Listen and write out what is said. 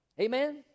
Amen